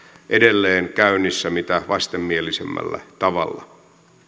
edelleen käynnissä mitä vastenmielisimmällä tavalla